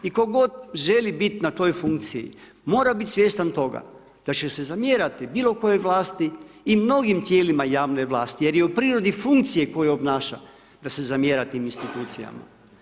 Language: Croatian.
I tko god želi biti na toj funkciji, mora biti svjestan toga da će se zamjerati bilokojoj vlasti i mnogim tijelima javne vlasti jer je u prirodi funkcije koju obnaša da s zamjera tim institucijama.